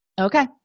okay